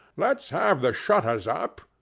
let's have the shutters up,